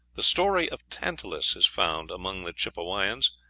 the story of tantalus is found among the chippewayans,